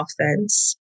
offense